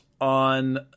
on